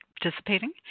participating